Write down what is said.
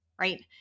right